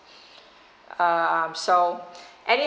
um so any